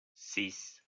six